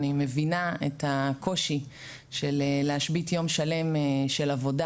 אני מבינה את הקושי של להשבית יום שלם של עבודה